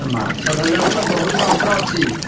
ମାଛ ଧରିବାକୁ ତ ବହୁତ ଯନ୍ତ୍ର ଅଛି